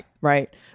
Right